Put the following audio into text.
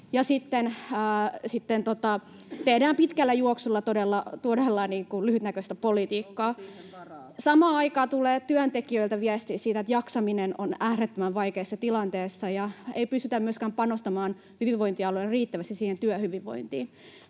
tehdään pitkällä juoksulla todella lyhytnäköistä politiikkaa. [Vasemmalta: Onko siihen varaa?] Samaan aikaan tulee työntekijöiltä viestiä siitä, että jaksaminen on äärettömän vaikeassa tilanteessa, ja ei pystytä myöskään panostamaan hyvinvointialueilla riittävästi siihen työhyvinvointiin.